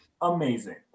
amazing